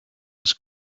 was